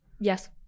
yes